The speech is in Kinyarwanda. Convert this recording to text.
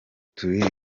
turi